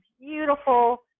beautiful